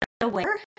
aware